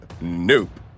Nope